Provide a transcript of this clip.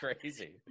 crazy